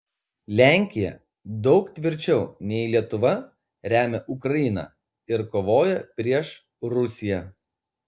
lenkija daug tvirčiau nei lietuva remia ukrainą ir kovoja prieš rusiją